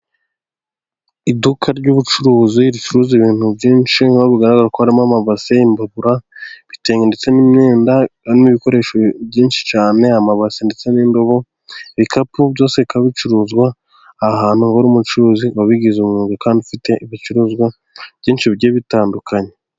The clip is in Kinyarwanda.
Iduka ry'ubucuruzi ricuruza ibintu byinshi nkaho bjgaragaramo ko harimo amabase, imbabura, ibitenge ndetse n'imyenda, harimo ibikoresho byinshi cyane ,amabase ndetse n'indobo ibikapu, byose bikaba bicuruzwa ahantu hari umucuruzi wabigize umwuga ,kandi ufite ibicuruzwa byinshi bigiye bitandukanye.